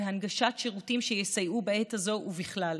והנגשת שירותים שיסייעו בעת הזאת ובכלל.